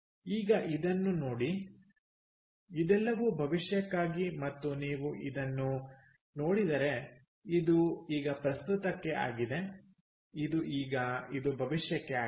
ಈಗ ಇದನ್ನು ನೋಡಿ ಇದೆಲ್ಲವೂ ಭವಿಷ್ಯಕ್ಕಾಗಿ ಮತ್ತು ನೀವು ಇದನ್ನು ನೋಡಿದರೆ ಇದು ಈಗ ಪ್ರಸ್ತುತಕ್ಕೆ ಆಗಿದೆ ಇದು ಈಗ ಇದು ಭವಿಷ್ಯಕ್ಕೆ ಆಗಿದೆ